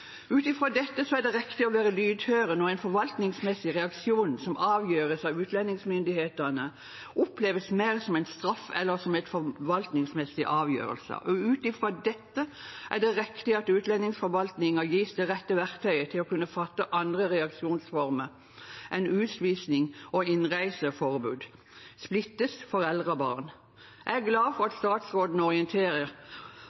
Ut fra dette er det riktig å være lydhør når den forvaltningsmessige reaksjonen som avgjøres av utlendingsmyndighetene, oppleves mer som en straff enn som en forvaltningsmessig avgjørelse, og ut fra dette er det riktig at utlendingsforvaltningen gis det rette verktøyet til å kunne fatte vedtak om andre reaksjonsformer enn utvisning og innreiseforbud og splitte foreldre og barn. Jeg er glad for at